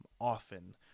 often